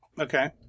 Okay